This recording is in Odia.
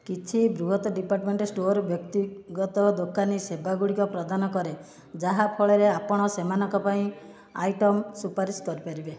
କିଛି ବୃହତ ଡିପାର୍ଟମେଣ୍ଟ ଷ୍ଟୋର୍ ବ୍ୟକ୍ତିଗତ ଦୋକାନୀ ସେବାଗୁଡିକ ପ୍ରଦାନ କରେ ଯାହା ଫଳରେ ଆପଣ ସେମାନଙ୍କ ପାଇଁ ଆଇଟମ୍ ସୁପାରିଶ କରିପାରିବେ